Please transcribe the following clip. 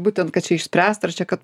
būtent kad čia išspręst ar čia kad